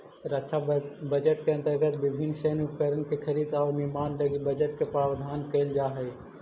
रक्षा बजट के अंतर्गत विभिन्न सैन्य उपकरण के खरीद औउर निर्माण लगी बजट के प्रावधान कईल जाऽ हई